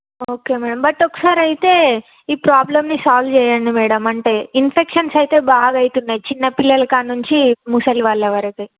okay madam but ఒకసారి అయితే ఈ ప్రాబ్లెమ్ను సాల్వ్ చేయండి మ్యాడమ్ అంటే ఇన్ఫెక్షన్స్ అయితే బాగా అవున్నాయి చిన్న పిల్లలకాడ నుంచి ముసలి వాళ్ళ వరకి